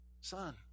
son